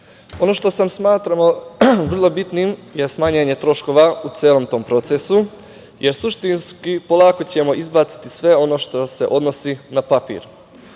što sam smatrao vrlo bitnim je smanjenje troškova u celom tom procesu, jer suštinski polako ćemo izbaciti sve ono što se odnosi na papir.